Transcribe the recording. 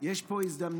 יש פה הזדמנות.